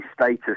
status